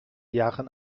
jahren